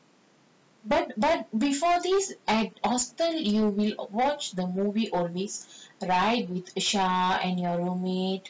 but but before this at hostel you will watch the movie always right with isha and your room mate